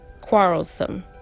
quarrelsome